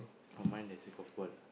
oh mine there's a golf ball lah